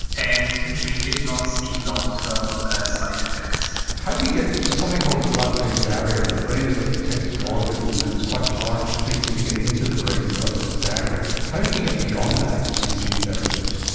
and we did not see long-term side-effects. how do you get, there's something called the blood-brain barrier, the brain is a protected organ and it's quite hard for things to get into the brain because of this barrier, how did you get beyond that with these gene therapies?